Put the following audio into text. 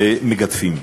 ומגדפים.